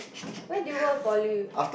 why did you go poly